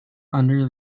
under